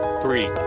three